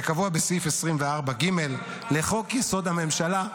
כקבוע בסעיף 24(ג) לחוק-יסוד: הממשלה.